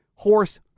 horse